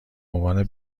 عنوان